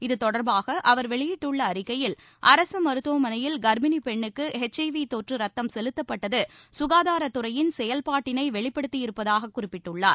இத்தொடர்பாக அவர் வெளியிட்டுள்ள அறிக்கையில் அரசு மருத்துவமனையில் கர்ப்பிணி பெண்ணுக்கு ஹெச்ஐவி தொற்று ரத்தம் செலுத்தப்பட்டது சுகாதாரத் துறையின் செயல்பாட்டினை வெளிப்படுத்தியிருப்பதாக குறிப்பிட்டுள்ளார்